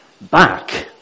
back